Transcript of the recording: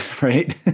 right